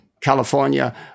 California